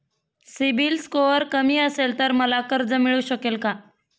CIBIL score कमी असेल तर मला कर्ज मिळू शकेल का?